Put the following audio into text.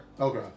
okay